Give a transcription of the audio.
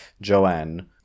Joanne